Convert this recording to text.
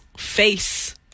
face